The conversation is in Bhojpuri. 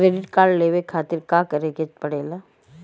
क्रेडिट कार्ड लेवे खातिर का करे के पड़ेला?